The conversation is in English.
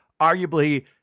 arguably